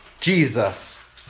Jesus